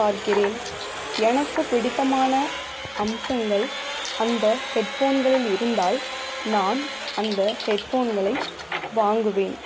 பார்க்கிறேன் எனக்குப் பிடித்தமான அம்சங்கள் அந்த ஹெட் ஃபோன்களில் இருந்தால் நான் அந்த ஹெட் ஃபோன்களை வாங்குவேன்